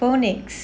phonics